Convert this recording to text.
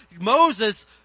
Moses